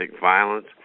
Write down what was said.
violence